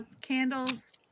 candles